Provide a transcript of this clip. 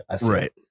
Right